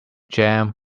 jam